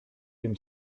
dem